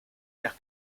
las